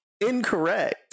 Incorrect